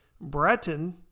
Breton